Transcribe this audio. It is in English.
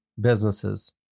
businesses